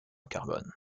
carbon